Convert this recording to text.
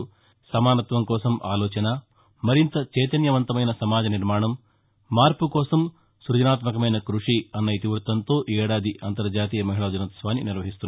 సమానత్వం కోసం ఆలోచన మరింత చైతన్యవంతమైన సమాజ నిర్మాణం మార్పు కోసం సృజనాత్మకమైన కృషి అన్న ఇతివృత్తంతో ఈ ఏడాది అంతర్జాతీయ మహిళా దినోత్సవాన్ని నిర్వహిస్తున్నారు